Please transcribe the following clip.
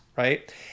Right